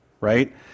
right